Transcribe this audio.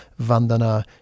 Vandana